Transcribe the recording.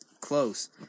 close